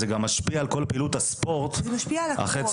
זה גם משפיע על כל פעילות הספורט של אחה"צ